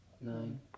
Nine